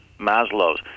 Maslow's